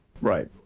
Right